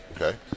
Okay